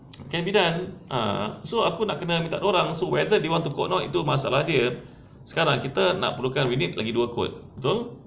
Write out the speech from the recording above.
can be done ah so aku nak kena minta dia orang so whether they want to go or not itu masalah dia sekarang kita nak perlukan we need lagi dua quote betul